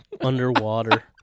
Underwater